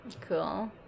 Cool